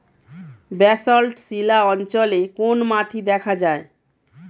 Basalt শিলা অঞ্চলে কোন মাটি দেখা যায়?